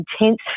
intense